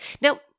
Now